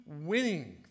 winning